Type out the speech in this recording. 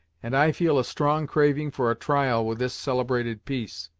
and i feel a strong craving for a trial with this celebrated piece.